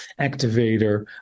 activator